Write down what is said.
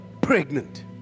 pregnant